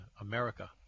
America